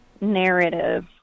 narrative